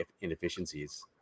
inefficiencies